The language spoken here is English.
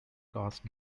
cast